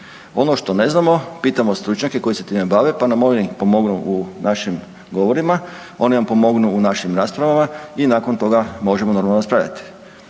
Ono što ne znamo pitamo stručnjake koji se time bave pa nam oni pomognu u našim govorima, oni nam pomognu u našim raspravama i nakon toga možemo normalno raspravljati.